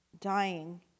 dying